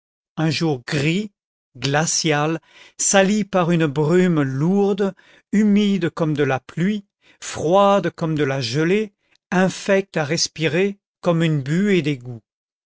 un jour gris glacial sali par une brume lourde humide comme de la pluie froide comme de la gelée infecte à respirer comme une buée d'égout